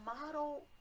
model